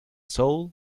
soul